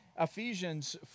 Ephesians